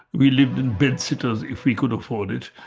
we lived in bedsits if we could afford it,